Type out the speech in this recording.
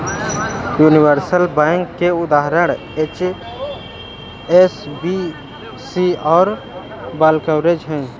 universal bank के उदाहरण HSBC और बार्कलेज हैं